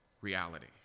reality